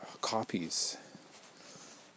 copies